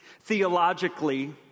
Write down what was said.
Theologically